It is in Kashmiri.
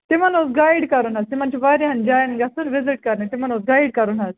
تِمَن اوس گایِڈ کَرُن حظ تِمَن چھِ واریاہَن جایَن گژھُن وِزِٹ کَرنہِ تِمَن اوس گایِڈ کَرُن حظ